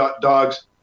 dogs